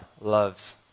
loves